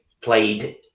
played